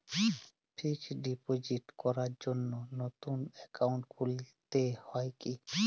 Fix deposit করার জন্য নতুন অ্যাকাউন্ট খুলতে হয় কী?